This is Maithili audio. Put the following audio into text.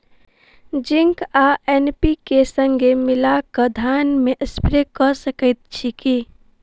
जिंक आ एन.पी.के, संगे मिलल कऽ धान मे स्प्रे कऽ सकैत छी की?